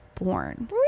born